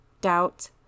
doubt